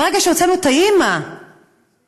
ברגע שהוצאנו את האימא למקלט,